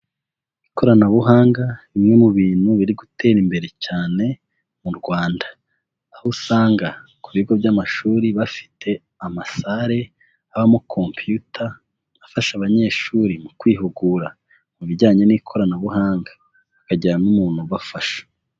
Ikoranabuhanga ni rimwe mu bintu biri gutera imbere cyane mu Rwanda, aho usanga ku bigo by'amashuri bafite amasare abamo computer afasha abanyeshuri mu kwihugura mu bijyanye n'ikoranabuhanga, hakagira n'umuntu ubafasha.